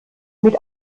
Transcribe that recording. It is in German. mit